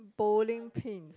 bowling pins